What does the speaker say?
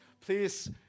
please